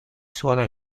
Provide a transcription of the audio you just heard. suona